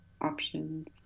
options